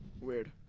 Weird